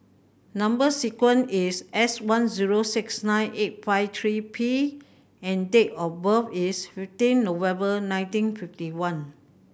number sequence is S one zero six nine eight five three P and date of birth is fifteen November nineteen fifty one